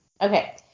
Okay